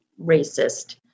racist